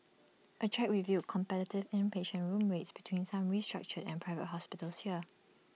A check revealed competitive inpatient room rates between some restructured and Private Hospitals here